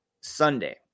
Sunday